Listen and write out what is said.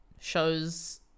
shows